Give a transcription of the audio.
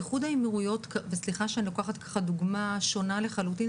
איחוד האמירויות וסליחה שאני לוקחת ככה דוגמא שונה לחלוטין,